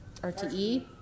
RTE